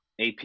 ap